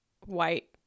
white